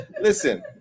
Listen